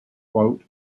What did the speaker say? which